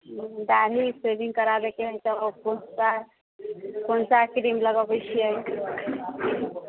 दाढ़ी सेविँग कराबयके हइ तऽ ओ कोनसा कोनसा क्रीम लगबैत छियै